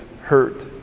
hurt